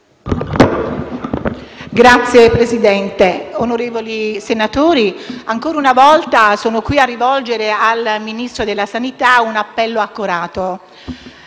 Signor Presidente, onorevoli senatori, ancora una volta sono qui a rivolgere al Ministro della salute un appello accorato,